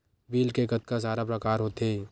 Bill के कतका सारा प्रकार होथे?